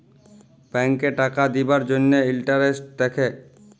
ব্যাংকে টাকা দিবার জ্যনহে ইলটারেস্ট দ্যাখে